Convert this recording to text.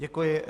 Děkuji.